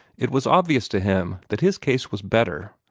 it was obvious to him that his case was better.